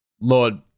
Lord